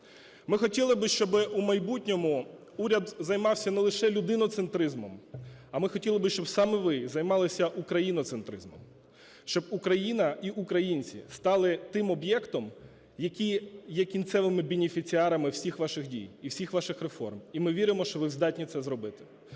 Ми хотіли би, щоб у майбутньому уряд займався не лише людиноцентризмом, а ми хотіли би, щоб саме ви займалися україноцентризмом. Щоб Україна і українці стали тим об'єктом, які є кінцевими бенефіціарами всіх ваших дій і всіх ваших реформ. І ми віримо, що ви здатні це зробити.